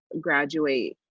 graduate